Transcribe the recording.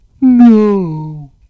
No